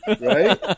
Right